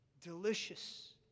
delicious